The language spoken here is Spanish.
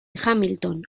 hamilton